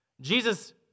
Jesus